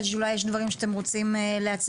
חשבתי שאולי יש דברים שאתם רוצים להציג